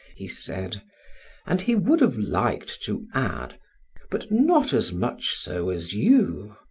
he said and he would have liked to add but not as much so as you.